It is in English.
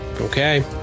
Okay